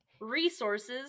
resources